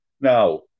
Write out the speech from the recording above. Now